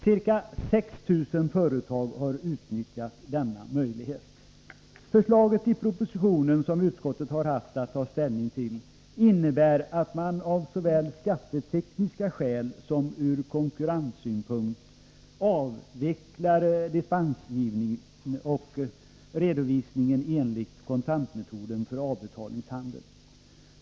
Ca 6 000 företag har utnyttjat denna möjlighet. Förslaget i propositionen, som utskottet har haft att ta ställning till, innebär att man av såväl skattetekniska skäl som ur konkurrenssynpunkt avvecklar dispensgivningen och redovisningen enligt kontantmetoden för avbetalningshandeln.